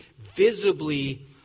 visibly